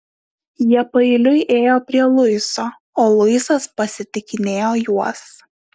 jie paeiliui ėjo prie luiso o luisas pasitikinėjo juos